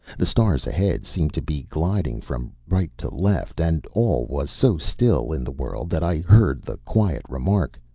the stars ahead seemed to be gliding from right to left. and all was so still in the world that i heard the quiet remark,